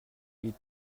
бид